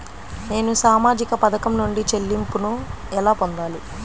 నేను సామాజిక పథకం నుండి చెల్లింపును ఎలా పొందాలి?